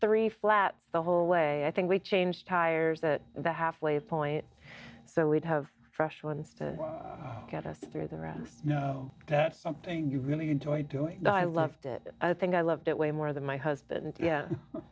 three flats the whole way i think we changed tires that the halfway point so we'd have fresh ones to get us through the rest that something you really enjoy doing i loved it i think i loved it way more than my husband